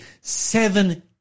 seven